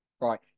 right